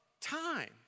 time